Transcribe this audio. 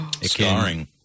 Scarring